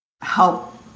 help